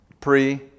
pre